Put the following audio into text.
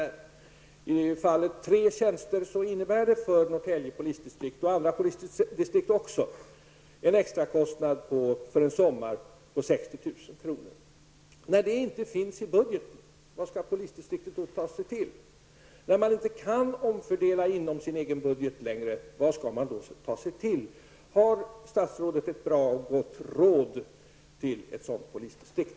Om det rör sig om tre tjänster medför det för Norrtälje polisdistrikt, och andra polisdistrikt, en extra kostnad för en sommar på 60 000 kr. Vad skall polisdistriktet ta sig till när dessa pengar inte finns i budgeten? Vad skall man ta sig till när man inte längre kan omfördela inom sin egen budget? Har statsrådet ett bra råd till ett sådant polisdistrikt?